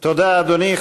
תודה, אדוני.